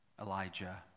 Elijah